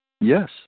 Yes